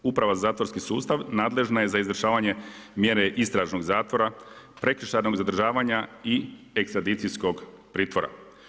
Uprava za zatvorski sustav nadležna je za izvršavanje mjere istražnog zatvora, prekršajnog zadržavanja i ekstradicijskog pritvora.